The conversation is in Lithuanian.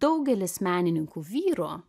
daugelis menininkų vyrų